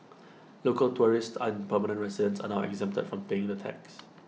local tourists and permanent residents are now exempted from paying the tax